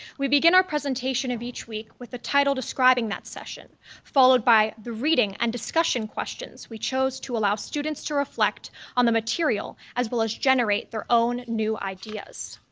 we begin our presentation of each week with a title describing that session, followed by the reading and discussion questions we chose to allow students to reflect on the material as well as generate their own new ideas.